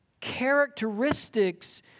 characteristics